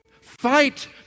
Fight